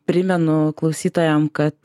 primenu klausytojam kad